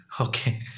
okay